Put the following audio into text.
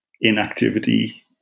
inactivity